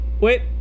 Wait